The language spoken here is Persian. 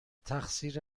تقصیر